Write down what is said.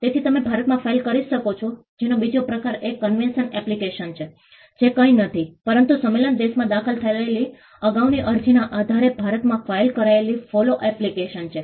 તેથી તમે ભારતમાં ફાઇલ કરી શકો છો તેનો બીજો પ્રકાર એ કન્વેન્શન એપ્લિકેશન છે જે કંઈ નથી પરંતુ સંમેલન દેશમાં દાખલ થયેલી અગાઉની અરજીના આધારે ભારતમાં ફાઇલ કરાયેલી ફોલો એપ્લિકેશન છે